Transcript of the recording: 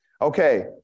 okay